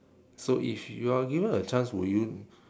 so if you are given a chance would you